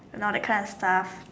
you know that kind of stuff